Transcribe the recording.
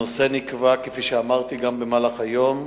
הנושא נקבע, כפי שאמרתי גם במהלך היום,